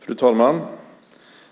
Fru talman!